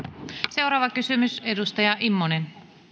seuraava kysymys edustaja immonen